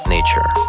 Nature